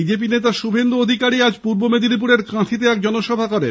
BJP নেতা শুভেন্দু অধিকারী আজ পূর্ব মেদিনীপুরের কাঁথিতে এক জনসভা করেন